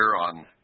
on